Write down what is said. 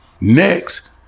Next